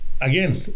Again